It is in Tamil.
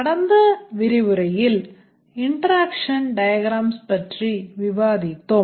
கடந்த சொற்பொழிவில் interaction diagrams பற்றி விவாதித்தோம்